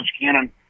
Cannon